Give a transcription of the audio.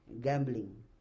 gambling